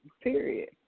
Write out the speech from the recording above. period